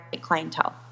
clientele